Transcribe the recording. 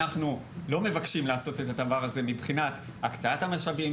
אנחנו לא מבקשים לעשות את הדבר הזה מבחינת הקצאת המשאבים,